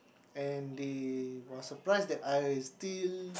and they was surprise that I still